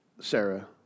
Sarah